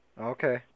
Okay